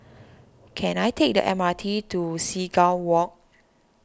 can I take the M R T to Seagull Walk